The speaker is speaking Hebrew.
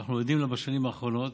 שאנחנו עדים לה בשנים האחרונות,